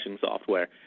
software